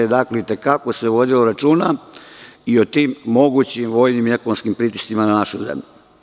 Dakle, i te kako se vodilo računa i o tim mogućim vojnim i ekonomskim pritiscima na našu zemlju.